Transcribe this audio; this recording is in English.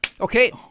Okay